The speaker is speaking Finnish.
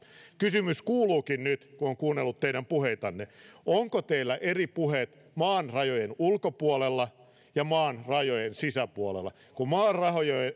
kysymys kuuluukin nyt kun on kuunnellut teidän puheitanne onko teillä eri puheet maan rajojen ulkopuolella ja maan rajojen sisäpuolella kun maan